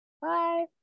bye